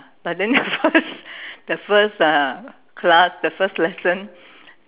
but then the first the first uh class the first lesson